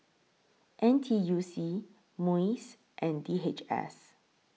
N T U C Muis and D H S